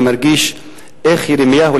אני מרגיש איך ירמיהו,